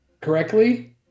Correctly